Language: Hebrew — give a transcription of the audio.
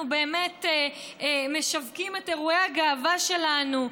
באמת משווקים את אירועי הגאווה שלנו,